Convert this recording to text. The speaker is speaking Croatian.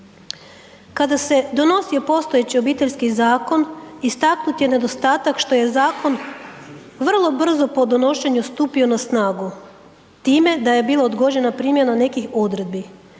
Kada se donosio postojeći Obiteljski zakon istaknut je nedostatak što je zakon vrlo brzo po donošenju stupio na snagu, time da je bila odgođena primjena nekih odredbi.